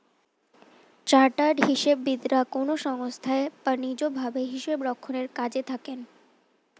chartered হিসাববিদরা কোনো সংস্থায় বা নিজ ভাবে হিসাবরক্ষণের কাজে থাকেন